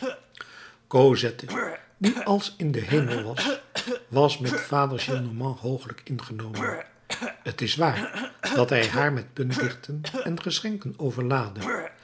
die als in den hemel was was met vader gillenormand hoogelijk ingenomen t is waar dat hij haar met puntdichten en geschenken overlaadde